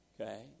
okay